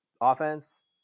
offense